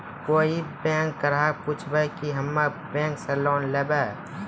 कोई बैंक ग्राहक पुछेब की हम्मे बैंक से लोन लेबऽ?